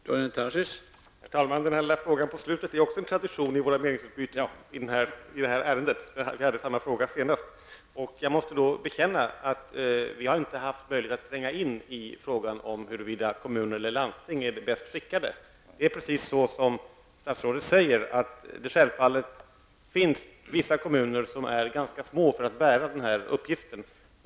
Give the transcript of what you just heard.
Herr talman! Den här lilla frågan på slutet är också en tradition i våra meningsutbyten i det här ärendet. Samma fråga ställdes förra gången. Jag måste då bekänna att vi inte har haft möjlighet att tränga in i frågan om huruvida kommuner eller landsting är bäst skickade. Det är precis som statsrådet säger att det självfallet finns vissa kommuner som är ganska små när det gäller att bära den här uppgiften.